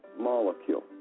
molecule